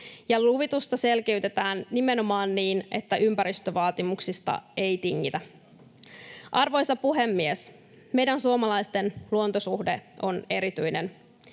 Luvitusta selkiytetään nimenomaan niin, että ympäristövaatimuksista ei tingitä. Arvoisa puhemies! Meidän suomalaisten luontosuhde on erityinen.